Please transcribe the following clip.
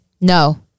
No